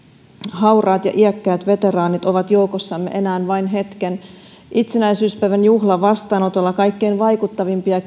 hauraat ja iäkkäät veteraanit ovat joukossamme enää vain hetken itsenäisyyspäivän juhlavastaanotolla kaikkein vaikuttavimpia